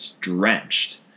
drenched